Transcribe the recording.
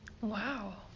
Wow